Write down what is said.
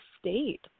state